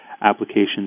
applications